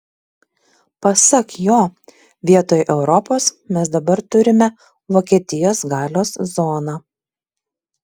pasak jo vietoj europos mes dabar turime vokietijos galios zoną